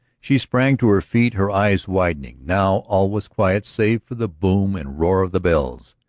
she sprang to her feet, her eyes widening. now all was quiet save for the boom and roar of the bells.